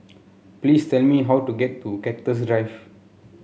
please tell me how to get to Cactus Drive